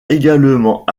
également